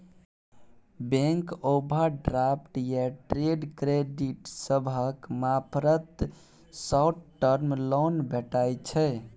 bank overdraft या trade credit सभक मार्फत शॉर्ट टर्म लोन भेटइ छै